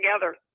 together